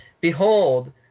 Behold